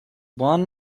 one